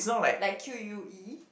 like Q_U_E